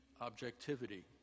objectivity